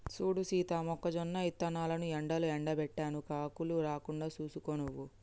సూడు సీత మొక్కజొన్న ఇత్తనాలను ఎండలో ఎండబెట్టాను కాకులు రాకుండా సూసుకో నువ్వు